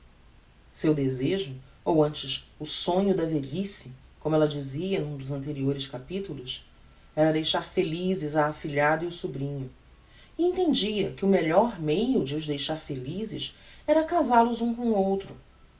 seu desejo ou antes o sonho da velhice como ella dizia n'um dos anteriores capitulos era deixar felizes a afilhada e o sobrinho e entendia que o melhor meio de os deixar felizes era casal os um com o outro